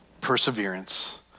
perseverance